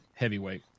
Heavyweight